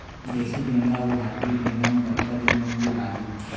देसी गेंदा अऊ हाइब्रिड गेंदा म कतका दिन म फूल आही?